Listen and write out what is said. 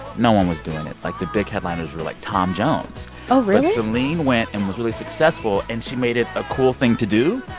no one was doing it. like, the big headliners were, like, tom jones ah really? but celine went and was really successful, and she made it a cool thing to do.